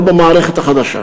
לא במערכת החדשה.